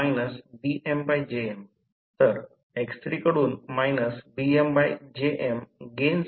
तर नंतर याचा प्रारंभ करू म्हणजे 3 फेज इंडक्शन मशीन